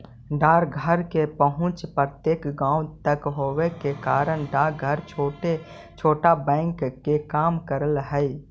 डाकघर के पहुंच प्रत्येक गांव तक होवे के कारण डाकघर छोटा बैंक के काम करऽ हइ